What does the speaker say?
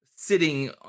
sitting